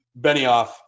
Benioff